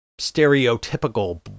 stereotypical